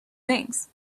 things